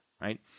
right